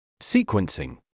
Sequencing